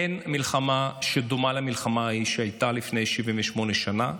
אין מלחמה שדומה למלחמה ההיא שהייתה לפני 78 שנים.